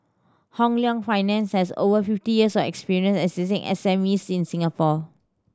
Hong Leong Finance has over fifty years of experience assisting S M Es in Singapore